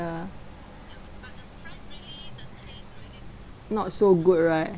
not so good right